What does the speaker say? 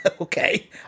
okay